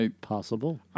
Possible